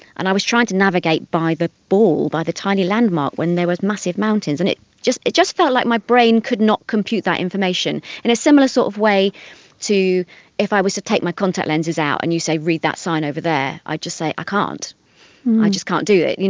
and i was trying to navigate by the ball, by the tiny landmark when there were massive mountains. and it just it just felt like my brain could not compute that information, in a similar sort of way to if i was to take my contact lenses out and you say, read that sign over there i'd just say, i can't, i just can't do it. you